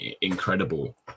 incredible